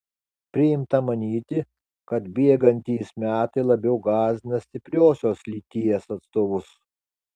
priimta manyti kad bėgantys metai labiau gąsdina stipriosios lyties atstovus